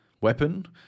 weapon